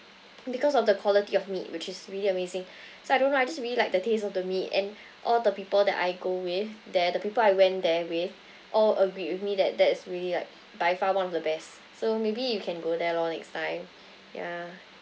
because of the quality of meat which is really amazing so I don't know I just really like the taste of the meat and all the people that I go with there the people I went there with all agreed with me that that is really like by far one of the best so maybe you can go there lor next time yeah